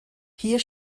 hier